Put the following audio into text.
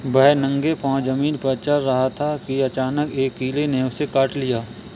वह नंगे पांव जमीन पर चल रहा था कि अचानक एक कीड़े ने उसे काट लिया